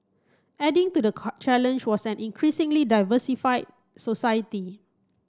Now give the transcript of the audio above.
adding to the challenge was an increasingly diversified society